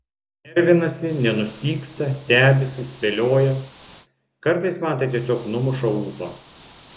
nervinasi nenustygsta stebisi spėlioja kartais man tai tiesiog numuša ūpą